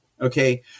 Okay